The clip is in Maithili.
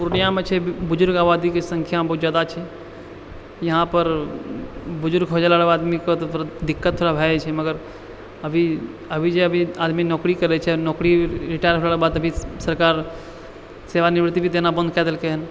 पूर्णियामे छै बुजुर्ग आबादीके सँख्या बहुत ज्यादा छै यहाँपर बुजुर्ग हो गेलाके बाद आदमीके थोड़ा दिक्कत थोड़ा भऽ जाइ छै मगर अभी अभी जे अभी आदमी नौकरी करै छै आओर नौकरी रिटायर होलाके बाद तऽ अभी सरकार सेवानिवृति भी देना बन्द कऽ देलकै हँ